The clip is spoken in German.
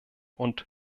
und